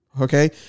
Okay